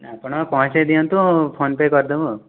ଆପଣ ପହୁଞ୍ଚାଇ ଦିଅନ୍ତୁ ଫୋନ ପେ କରିଦେବୁ